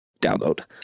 Download